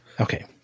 Okay